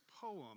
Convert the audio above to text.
poem